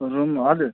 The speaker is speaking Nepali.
रुम हजुर